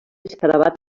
escarabat